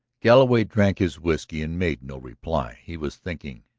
galloway drank his whiskey and made no reply. he was thinking,